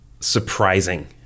surprising